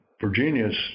Virginia's